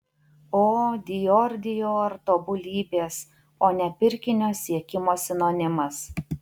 o dior dior tobulybės o ne pirkinio siekimo sinonimas